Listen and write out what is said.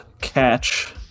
catch